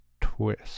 twist